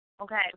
okay